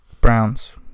Browns